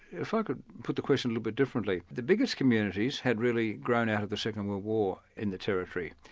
if i could put the question a little bit differently. the biggest communities had really grown out of the second world war in the territory,